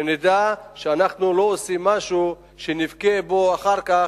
כדי שנדע שאנחנו לא עושים משהו שנבכה עליו אחר כך,